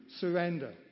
Surrender